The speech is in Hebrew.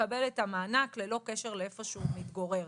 מקבל את המענק ללא קשר לאיפה שהוא מתגורר,